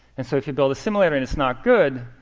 and so if you build a simulator and it's not good,